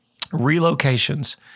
Relocations